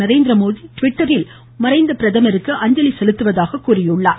நரேந்திரமோடி ட்விட்டரில் மறைந்த பிரதமருக்கு அஞ்சலி செலுத்துவதாக தெரிவித்தார்